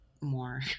more